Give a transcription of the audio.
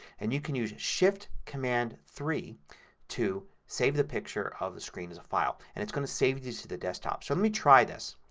and you can use shift command three to save the picture of the screen as a file. and it's going to save this to the desktop. so let me try this.